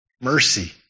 Mercy